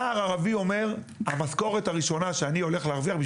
נער ערבי אומר: המשכורת הראשונה שאני הולך להרוויח,